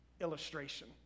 illustration